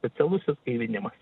specialusis gaivinimas